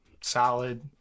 solid